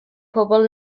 pobl